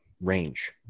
range